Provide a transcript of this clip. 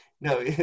no